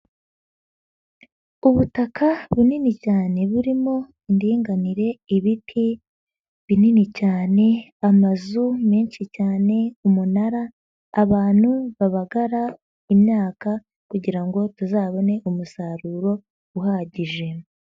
Ubutaka bunini cyane burimo indinganire, ibiti binini cyane, amazu menshi cyane, umunara abantu babaga imyaka kugira ngo tuzabone umusaruro uhagije.